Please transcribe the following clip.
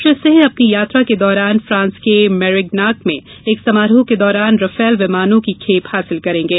श्री सिंह अपनी यात्रा के दौरान फ्रांस के मेरिगनाक में एक समारोह के दौरान राफेल विमानों की खेप हासिल करेंगे